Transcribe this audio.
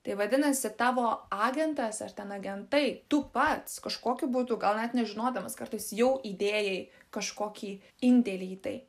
tai vadinasi tavo agentas ar ten agentai tu pats kažkokiu būdu gal net nežinodamas kartais jau įdėjai kažkokį indėlį į tai